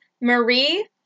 Marie